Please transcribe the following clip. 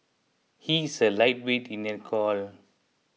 he is a lightweight in alcohol